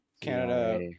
Canada